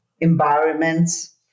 environments